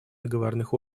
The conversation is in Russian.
договорных